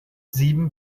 sieben